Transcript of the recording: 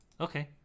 okay